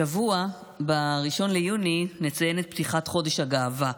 השבוע ב-1 ביוני נציין את פתיחת חודש הגאווה,